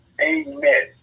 Amen